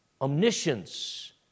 Omniscience